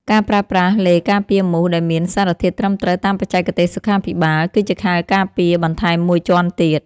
ការប្រើប្រាស់ឡេការពារមូសដែលមានសារធាតុត្រឹមត្រូវតាមបច្ចេកទេសសុខាភិបាល គឺជាខែលការពារបន្ថែមមួយជាន់ទៀត។